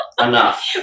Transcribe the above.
Enough